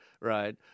right